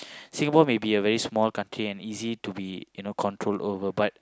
Singapore may be a very small country and easy to be you know controlled over but